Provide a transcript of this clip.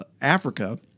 Africa